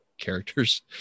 characters